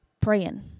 praying